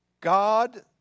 God